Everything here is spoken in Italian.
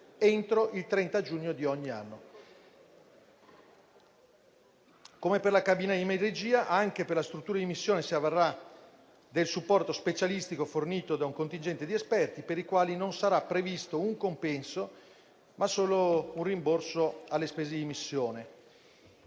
entro il 30 giugno di ogni anno. Come per la cabina di regia, anche la struttura di missione si avvarrà del supporto specialistico fornito da un contingente di esperti, per i quali non sarà previsto un compenso, ma solo un rimborso alle spese di missione.